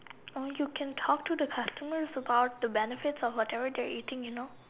or you can talk to the customers about the benefits of whatever you're eating you know